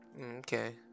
Okay